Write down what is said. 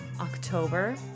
October